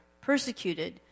persecuted